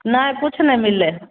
नहि किछु नहि मिललै